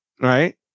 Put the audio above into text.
right